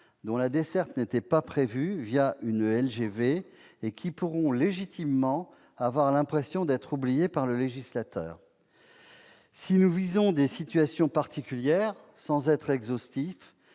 dont la desserte n'était pas prévue une LGV ? Ils pourront avoir l'impression légitime d'être oubliés par le législateur. Si nous visons des situations particulières sans être exhaustifs,